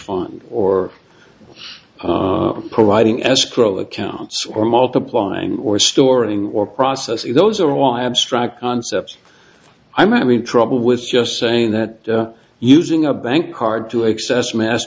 fund or providing escrow accounts or multiplying or storing or processing those are all abstract concepts i'm having trouble with just saying that using a bank card to access mass